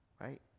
right